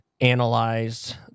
analyzed